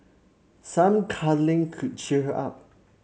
some cuddling could cheer her up